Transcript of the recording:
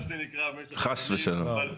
חס ושלום.